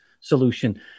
solution